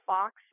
Fox